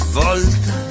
volta